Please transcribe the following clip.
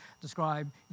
describe